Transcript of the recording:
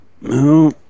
No